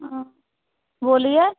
हाँ बोलीये